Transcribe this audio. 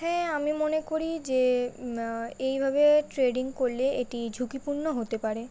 হ্যাঁ আমি মনে করি যে এইভাবে ট্রেডিং করলে এটি ঝুঁকিপূর্ণ হতে পারে